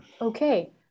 Okay